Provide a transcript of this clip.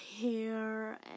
hair